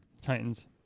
Titans